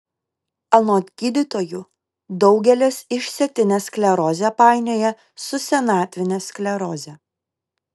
anot gydytojų daugelis išsėtinę sklerozę painioja su senatvine skleroze